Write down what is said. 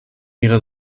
ihrer